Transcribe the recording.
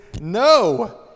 no